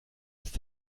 ist